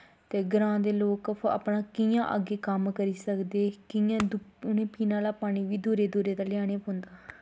ते ग्रांऽ दे लोक अपना कि'यां अग्गें अपना कम्म करी सकदे कि'यां उ'नें पीने आह्ला पानी बी दूरै दूरै दा लेआनेपौंदा